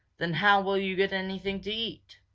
then how will you get anything to eat?